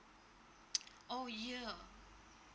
oh yea